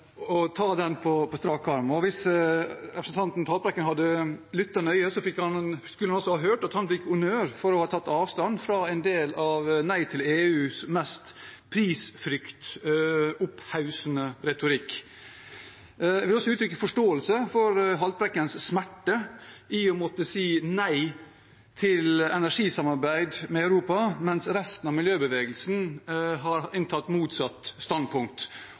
å ta den på strak arm. Hvis representanten Haltbrekken hadde lyttet nøye, hadde han også hørt at han fikk honnør for å ha tatt avstand fra en del av Nei til EUs mest prisfryktopphaussende retorikk. Jeg vil også uttrykke forståelse for Haltbrekkens smerte ved å måtte si nei til energisamarbeid med Europa, mens resten av miljøbevegelsen har inntatt motsatt standpunkt,